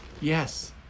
yes